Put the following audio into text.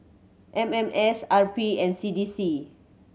M M S R P and C D C